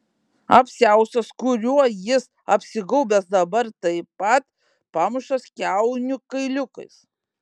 apsiaustas kuriuo jis apsigaubęs dabar taip pat pamuštas kiaunių kailiukais